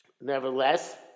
Nevertheless